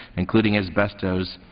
including asbestos,